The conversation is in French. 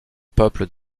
peuples